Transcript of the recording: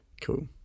Cool